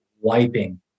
wiping